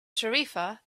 tarifa